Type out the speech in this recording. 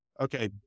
Okay